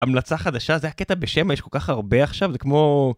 המלצה חדשה, זה הקטע בשמע, יש כל כך הרבה עכשיו, זה כמו...